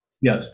Yes